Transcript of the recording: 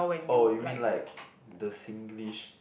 oh you mean like the Singlish